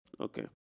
Okay